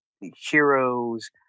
heroes